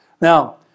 Now